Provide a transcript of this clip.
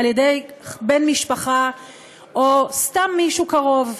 על-ידי בן-משפחה או סתם מישהו קרוב,